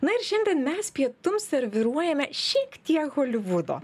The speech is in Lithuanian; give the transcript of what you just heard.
na ir šiandien mes pietums serviruojame šiek tiek holivudo